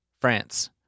France